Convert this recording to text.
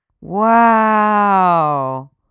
Wow